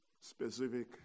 specific